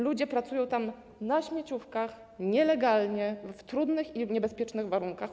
Ludzie pracują tam na śmieciówkach, nielegalnie, w trudnych i niebezpiecznych warunkach.